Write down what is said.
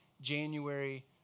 January